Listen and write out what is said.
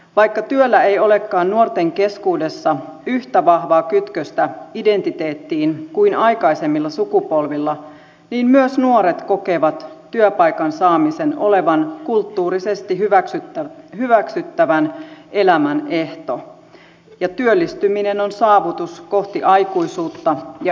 vaikka työllä ei olekaan nuorten keskuudessa yhtä vahvaa kytköstä identiteettiin kuin aikaisemmilla sukupolvilla niin myös nuoret kokevat työpaikan saamisen olevan kulttuurisesti hyväksyttävän elämän ehto ja työllistyminen on saavutus kohti aikuisuutta ja itsenäistymistä